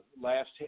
last